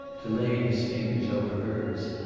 to lay his fingers over hers.